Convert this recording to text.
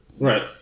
Right